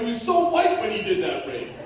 um so white when he did that rape